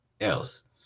else